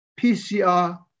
PCR